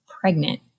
pregnant